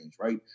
right